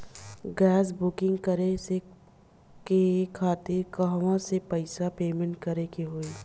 Gas booking करे के खातिर कहवा से पैसा पेमेंट करे के होई?